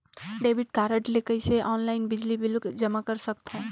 Debit card ले कइसे online बिजली बिल जमा कर सकथव?